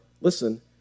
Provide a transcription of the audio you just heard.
listen